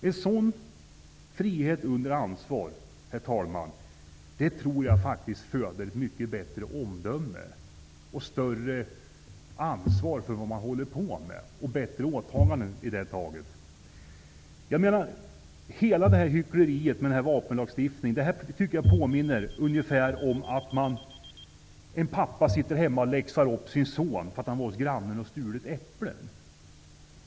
En sådan frihet under ansvar tror jag faktiskt föder mycket bättre omdöme och större ansvar för det man håller på med samt leder till bättre åtaganden. Hela hyckleriet med vapenlagstiftningen tycker jag påminner om att en pappa sitter hemma och läxar upp sin son för att han varit hos grannen och stulit äpplen.